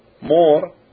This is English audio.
more